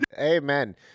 Amen